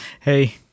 Hey